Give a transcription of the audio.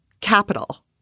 Capital